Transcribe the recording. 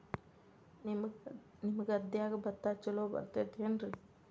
ನಿಮ್ಮ ಗದ್ಯಾಗ ಭತ್ತ ಛಲೋ ಬರ್ತೇತೇನ್ರಿ?